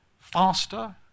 faster